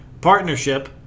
partnership